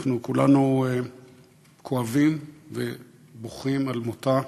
ואנחנו כולנו כואבים ובוכים על מותה.